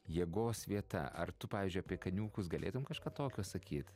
jėgos vieta ar tu pavyzdžiui apie kaniūkus galėtum kažką tokio sakyt